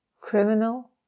criminal